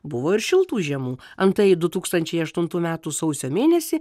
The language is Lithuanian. buvo ir šiltų žiemų antai du tūkstančiai aštuntų metų sausio mėnesį